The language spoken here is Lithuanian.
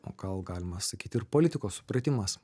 o gal galima sakyt ir politikos supratimas